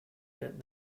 that